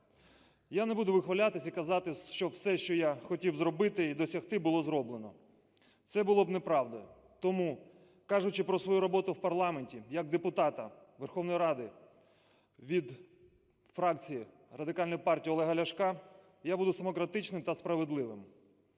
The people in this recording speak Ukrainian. Я не буду вихвалятися і казати, що все, що я хотів зробити і досягти, було зроблено. Це було б неправдою. Тому, кажучи про свою роботу в парламенті як депутата Верховної Ради від фракції Радикальної партії Олега Ляшка, я буду самокритичним та справедливим